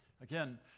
Again